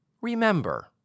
remember